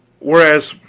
whereas,